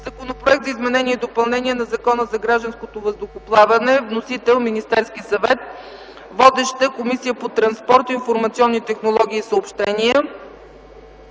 Законопроект за изменение и допълнение на Закона за гражданското въздухоплаване. Вносител – Министерският съвет. Водеща е Комисията по транспорт, информационни технологии и съобщения.